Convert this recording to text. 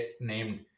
named